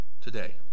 today